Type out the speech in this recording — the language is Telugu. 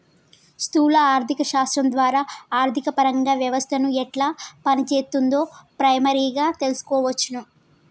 స్థూల ఆర్థిక శాస్త్రం ద్వారా ఆర్థికపరంగా వ్యవస్థను ఎట్లా పనిచేత్తుందో ప్రైమరీగా తెల్సుకోవచ్చును